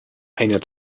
eine